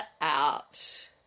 out